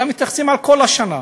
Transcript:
אלא מתייחסים לכל השנה,